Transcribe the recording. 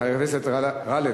חבר הכנסת גאלב.